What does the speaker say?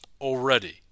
Already